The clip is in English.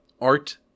art